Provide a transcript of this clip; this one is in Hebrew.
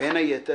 בין היתר,